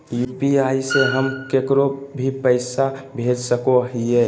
UPI से हम केकरो भी पैसा भेज सको हियै?